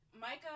Micah